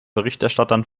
berichterstattern